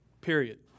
Period